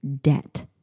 debt